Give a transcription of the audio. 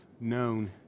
known